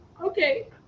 okay